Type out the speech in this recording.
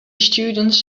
students